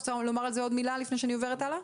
תרצו לומר על זה עוד מילה לפני שאני עוברת הלאה?